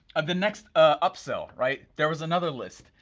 ah the next upsell, right, there was another list.